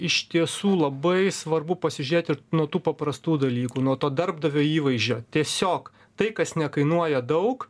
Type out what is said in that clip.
iš tiesų labai svarbu pasižiūrėt ir nuo tų paprastų dalykų nuo to darbdavio įvaizdžio tiesiog tai kas nekainuoja daug